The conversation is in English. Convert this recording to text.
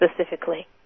specifically